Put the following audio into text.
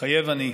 מתחייב אני.